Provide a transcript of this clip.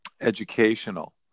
educational